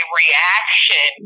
reaction